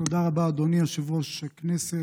תודה רבה, אדוני יושב-ראש הכנסת.